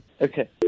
Okay